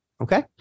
Okay